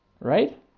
Right